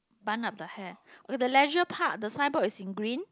bun up the hair the leisure park the sign board is in green